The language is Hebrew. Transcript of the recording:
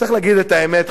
צריך להגיד את האמת,